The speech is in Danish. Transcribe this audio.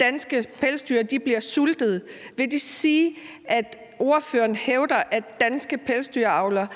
danske pelsdyr bliver sultet, vil jeg gerne spørge: Vil det sige, at ordføreren hævder, at danske pelsdyravlere